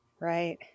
Right